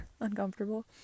uncomfortable